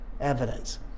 evidence